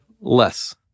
less